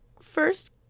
first